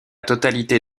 totalité